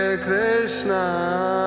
Krishna